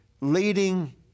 leading